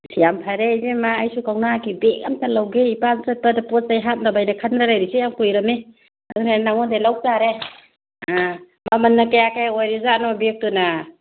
ꯌꯥꯝ ꯐꯔꯦ ꯏꯕꯦꯝꯃ ꯑꯩꯁꯨ ꯀꯧꯅꯥꯒꯤ ꯕꯦꯒ ꯑꯝꯇ ꯂꯧꯒꯦ ꯏꯄꯥꯝ ꯆꯠꯄꯗ ꯄꯣꯠ ꯆꯩ ꯍꯥꯞꯅꯕ ꯍꯥꯏꯅ ꯈꯟꯗꯅ ꯂꯩꯔꯤꯁꯦ ꯌꯥꯝ ꯀꯨꯏꯔꯃꯤ ꯑꯗꯨꯅ ꯅꯪꯉꯣꯟꯗꯩ ꯂꯧꯕ ꯇꯥꯔꯦ ꯑ ꯃꯃꯟꯅ ꯀꯌꯥ ꯀꯌꯥ ꯑꯣꯏꯔꯤꯖꯥꯠꯅꯣ ꯕꯦꯒꯇꯨꯅ